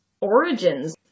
origins